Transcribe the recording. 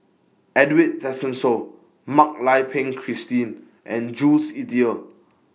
Edwin Tessensohn Mak Lai Peng Christine and Jules Itier